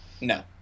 No